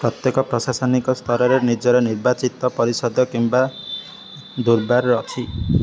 ପ୍ରତ୍ୟେକ ପ୍ରଶାସନିକ ସ୍ତରରେ ନିଜର ନିର୍ବାଚିତ ପରିଷଦ କିମ୍ବା ଦୁର୍ବାର୍ ଅଛି